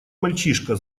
мальчишка